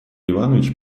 иванович